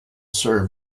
serve